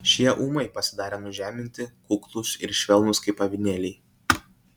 šie ūmai pasidarė nužeminti kuklūs ir švelnūs kaip avinėliai